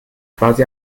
quasi